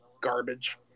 garbage